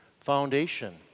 foundation